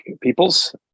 peoples